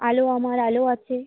আলো আমার আলো আছে